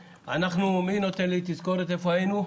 מי ייתן לי תזכורת איפה היינו?